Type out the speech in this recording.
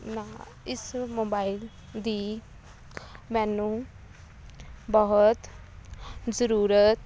ਨਾ ਇਸ ਮੋਬਾਈਲ ਦੀ ਮੈਨੂੰ ਬਹੁਤ ਜ਼ਰੂਰਤ